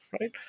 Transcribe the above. right